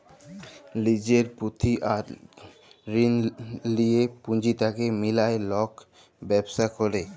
লিজের পুঁজি আর ঋল লিঁয়ে পুঁজিটাকে মিলায় লক ব্যবছা ক্যরে